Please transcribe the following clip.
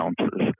ounces